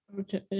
okay